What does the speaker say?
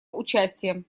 участием